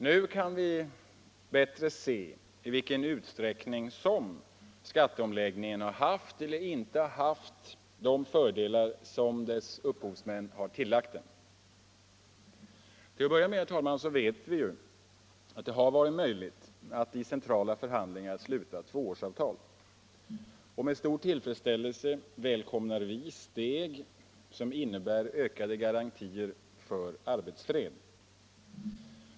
Nu kan vi bättre se i vilken utsträckning skatteomläggningen haft eller inte haft de fördelar som dess upphovsmän tillagt den. Till att börja med, herr talman, vet vi att det varit möjligt att i centrala förhandlingar sluta tvåårsavtal. Med stor tillfredsställelse välkomnar vi steg som innebär ökade garantier för arbetsfred.